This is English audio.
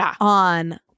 on